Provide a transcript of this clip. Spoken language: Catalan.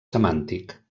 semàntic